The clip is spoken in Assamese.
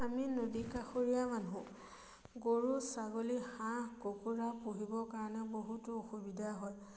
আমি নদী কাষৰীয়া মানুহ গৰু ছাগলী হাঁহ কুকুৰা পুহিবৰ কাৰণে বহুতো অসুবিধা হয়